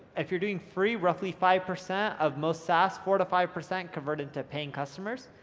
if you're doing free roughly five percent of most sas, four to five percent convert into paying customers,